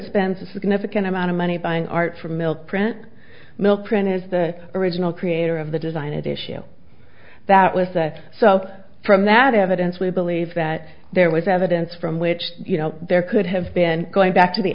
a significant amount of money buying art from mill print mill print is the original creator of the design it issue that was set so from that evidence we believe that there was evidence from which you know there could have been going back to the